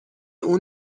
اون